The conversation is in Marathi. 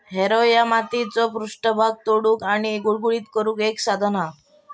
हॅरो ह्या मातीचो पृष्ठभाग तोडुक आणि गुळगुळीत करुक एक साधन असा